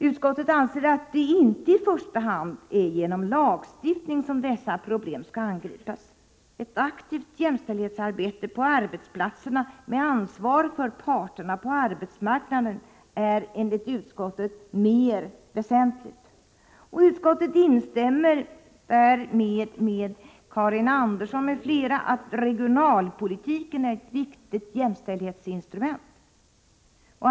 Utskottet anser att det i första hand inte är genom lagstiftning som dessa problem skall angripas. Ett aktivt jämställdhetsarbete på arbetsplatserna med ansvar för parterna på arbetsmarknaden är enligt utskottet mer väsentligt. Utskottet instämmer med Karin Andersson m.fl. att regionalpolitiken är ett viktigt jämställdhetsinstrument.